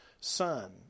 Son